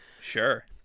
sure